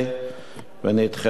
ונדחתה על-ידי